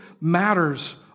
matters